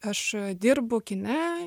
aš dirbu kine